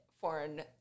foreign